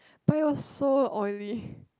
but it was so oily